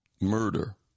murder